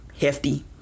hefty